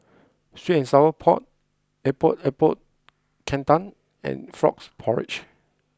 Sweet and Sour Pork Epok Epok Kentang and Frog Porridge